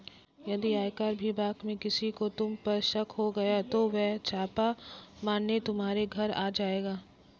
यदि आयकर विभाग में किसी को तुम पर शक हो गया तो वो छापा मारने तुम्हारे घर आ जाएंगे